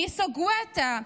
ניסו גואטה,